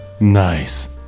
nice